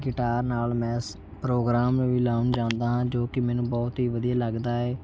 guitar ਨਾਲ ਮੈਂ ਸ ਪ੍ਰੋਗਰਾਮ ਵੀ ਲਾਉਣ ਜਾਂਦਾ ਹਾਂ ਜੋ ਕਿ ਮੈਨੂੰ ਬਹੁਤ ਹੀ ਵਧੀਆ ਲੱਗਦਾ ਹੈ